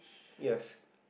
yes